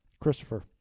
Christopher